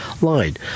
line